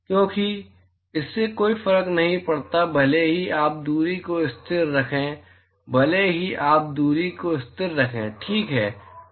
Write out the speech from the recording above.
क्योंकि इससे कोई फर्क नहीं पड़ता भले ही आप दूरी को स्थिर रखें भले ही आप दूरी को स्थिर रखें ठीक है